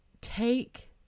take